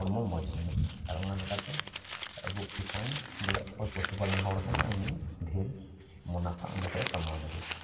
ᱦᱚᱲᱢᱚ ᱢᱚᱡᱽ ᱦᱩᱭᱱᱟ ᱟᱨ ᱚᱱᱟ ᱞᱮᱠᱟᱛᱮ ᱟᱵᱚ ᱠᱤᱥᱟᱱ ᱵᱚᱞᱮ ᱚᱠᱚᱭ ᱯᱚᱥᱩ ᱯᱟᱞᱚᱱ ᱦᱚᱲ ᱠᱟᱱᱟᱭ ᱩᱱᱤ ᱰᱷᱮᱹᱨ ᱢᱚᱱᱚᱯᱷᱟ ᱚᱸᱰᱮ ᱠᱷᱚᱡ ᱮ ᱠᱟᱢᱟᱣ ᱫᱟᱲᱮᱭᱟᱜᱼᱟ